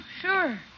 Sure